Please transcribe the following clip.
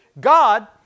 God